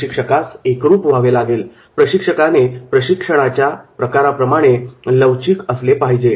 प्रशिक्षकास एकरूप व्हावे लागेल प्रशिक्षकाने प्रशिक्षणाच्या प्रकाराप्रमाणे लवचिक असले पाहिजे